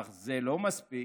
אך זה לא מספיק.